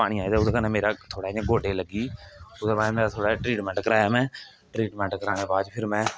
पानी आया ते ओहदे कन्ने मेरा थोह्ड़ा इयां गोडे गी लग्गी ओहदे बाद थोह्ड़ा जेहा ट्रीटमेंट कराया में ट्रीटमेंट कराने दे बाद च फिर में